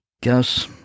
guess